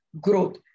growth